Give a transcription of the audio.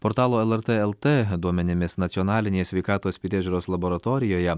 portalo lrt lt duomenimis nacionalinėje sveikatos priežiūros laboratorijoje